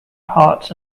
parts